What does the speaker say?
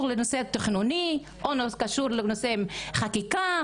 לנושא תכנוני או קשור לנושא של חקיקה,